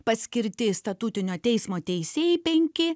paskirti statutinio teismo teisėjai penki